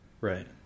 Right